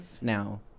Now